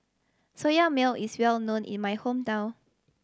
Soya Milk is well known in my hometown